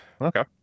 okay